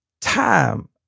Time